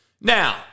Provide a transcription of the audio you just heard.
Now